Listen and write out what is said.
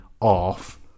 off